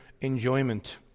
enjoyment